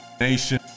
nation